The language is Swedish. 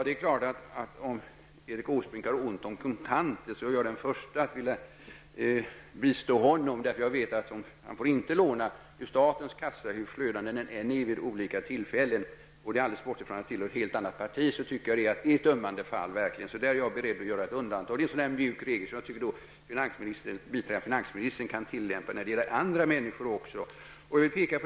Herr talman! Om Erik Åsbrink har ont om kontanter är jag naturligtvis den förste att vilja bistå honom, för jag vet att han inte får låna ur statens kassa, hur flödande den än är vid olika tillfällen. Alldeles bortsett från att jag tillhör ett annat parti tycker jag att det verkligen är ett ömmande fall. Där är jag beredd att göra ett undantag. Det är en sådan mjuk regel som jag tycker att biträdande finansministern kan tillämpa för andra människor.